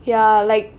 ya like